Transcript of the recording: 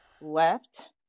left